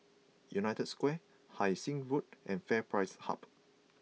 United Square Hai Sing Road and FairPrice Hub